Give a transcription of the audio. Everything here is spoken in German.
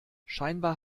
scheinbar